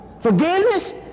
forgiveness